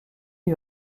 eut